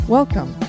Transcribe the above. Welcome